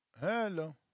Hello